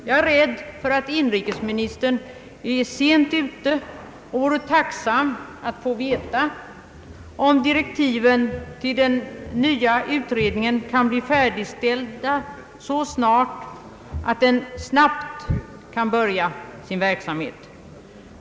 Jag är rädd för att inrikesministern är sent ute, och jag vore tacksam för att få veta om direktiven till den nya utredningen kan bli färdigställda så snart att den snabbt kan börja sin verksamhet.